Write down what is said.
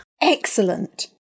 Excellent